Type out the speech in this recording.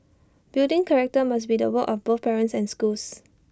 building character must be the work of both parents and schools